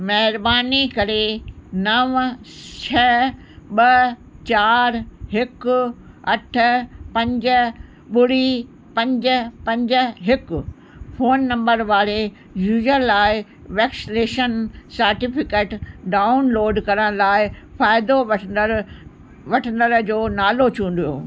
महिरबानी करे नव छह ॿ चार हिकु अठ पंज ॿुड़ी पंज पंज हिकु फ़ोन नम्बर वारे यूज़र लाइ वैक्सनेशन सर्टीफ़िकेट डाउनलोड करण लाइ फ़ाइदो वठंदड़ वठंदड़ जो नालो चूंडियो